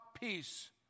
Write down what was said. peace